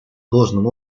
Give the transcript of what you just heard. должным